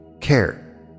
care